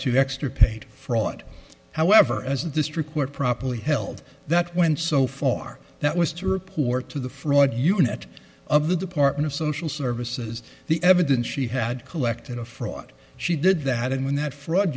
to extirpate fraud however as a district court properly held that went so far that was to report to the fraud unit of the department of social services the evidence she had collected a fraud she did that and when that fraud